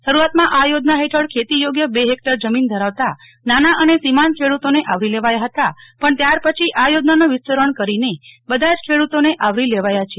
શરૂઆતમાં આ યોજના હેઠળ ખેતી યોગ્ય બે હેક્ટર જમીન ધરાવતા નાના અને સિમાંત ખેડુતોને આવરી લેવાયા હતા પણ ત્યારપછી આ યોજનાનું વિસ્તરણ કરીને બધા જ ખેડૂતોને આવરી લેવાયા છે